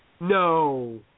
No